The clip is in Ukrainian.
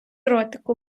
ротику